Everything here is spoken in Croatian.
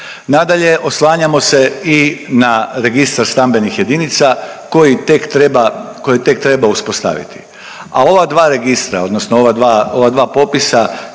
Nadalje, oslanjamo se i na registar stambenih jedinica, koji tek treba, koji tek treba uspostaviti, a ova dva registra odnosno ova dva, ova